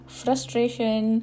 frustration